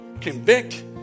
convict